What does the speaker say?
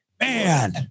man